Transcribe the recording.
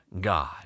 God